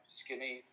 skinny